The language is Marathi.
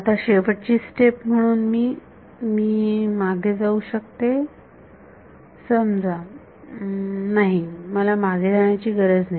आता शेवटची स्टेप म्हणून मी मी मागे जाऊ शकते समजा नाही मला मागे जाण्याची गरज नाही